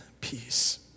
peace